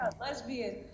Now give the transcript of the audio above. lesbian